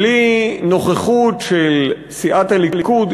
בלי נוכחות של סיעת הליכוד,